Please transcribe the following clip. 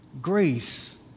Grace